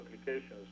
applications